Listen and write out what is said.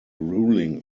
ruling